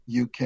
UK